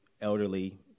elderly